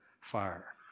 fire